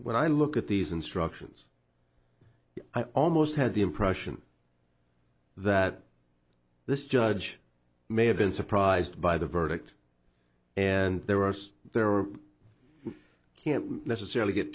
when i look at these instructions i almost had the impression that this judge may have been surprised by the verdict and there were there were can't necessarily get